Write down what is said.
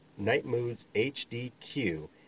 nightmoodshdq